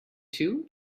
two